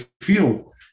feel